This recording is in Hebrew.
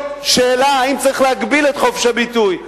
השאלה אם צריך להגביל את חופש הביטוי.